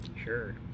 Sure